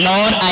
Lord